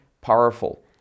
powerful